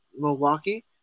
Milwaukee